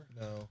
No